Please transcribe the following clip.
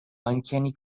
uncanny